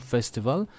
Festival